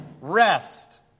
Rest